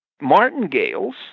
martingales